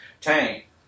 tank